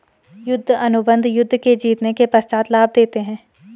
युद्ध अनुबंध युद्ध के जीतने के पश्चात लाभ देते हैं